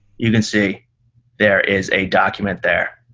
you can see there is a document there.